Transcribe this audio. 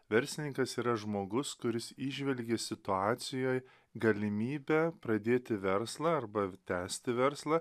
verslininkas yra žmogus kuris įžvelgia situacijoj galimybę pradėti verslą arba tęsti verslą